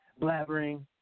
blabbering